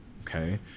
Okay